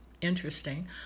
interesting